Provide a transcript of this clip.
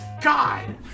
God